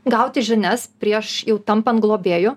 gauti žinias prieš jau tampan globėju